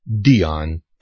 Dion